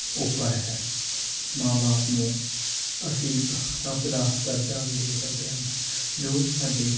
ਉੱਪਰ ਹੈ ਮਾਂ ਬਾਪ ਨੂੰ ਅਸੀਂ ਇੱਕ ਰੱਬ ਦਾ ਦਰਜਾ ਵੀ ਦੇ ਸਕਦੇ ਹਨ ਜੋ ਸਾਡੇ